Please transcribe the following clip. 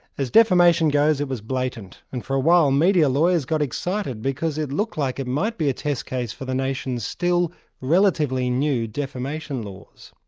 as defamation goes, it was blatant, and for a while media lawyers got excited because it looked like it might be a test case for the nation's still relatively new defamation laws.